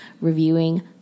reviewing